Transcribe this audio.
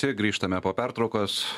čia grįžtame po pertraukos